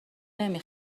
نمی